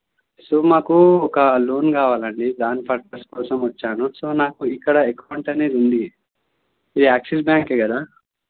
so మాకు ఒక loan కావాలండి దాని ఫర్పస్ కోసం వచ్చాను సో నాకు ఇక్కడ అకౌంట్ అనేది ఉంది ఇది యాక్సిస్ బ్యాంక్ కదా